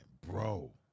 Bro